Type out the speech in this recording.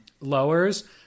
lowers